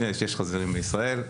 יש, יש חזירים בישראל.